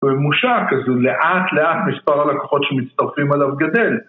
זה ממושך כזו, לאט לאט מספר הלקוחות שמצטרפים עליו גדל.